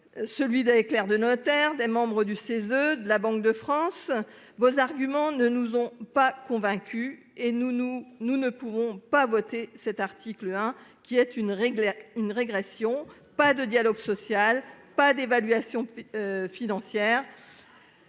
Celui des clercs de notaire des membres du CESE, de la Banque de France. Vos arguments ne nous ont pas convaincus, et nous, nous nous ne pourrons pas voter cet article 1 qui est une règle une régression. Pas de dialogue social. Pas d'évaluation. Financière.